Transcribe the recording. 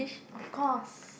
of course